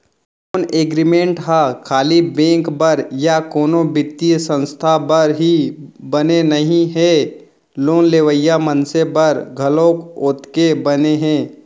loan agreement ह खाली bank बर या कोनो बित्तीय संस्था बर ही बने नइ हे लोन लेवइया मनसे बर घलोक ओतके बने हे